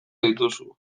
dituzu